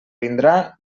vindrà